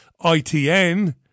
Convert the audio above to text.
ITN